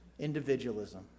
individualism